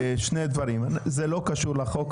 זה לא קשור לחוק,